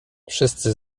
wszyscy